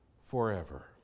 forever